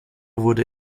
wurden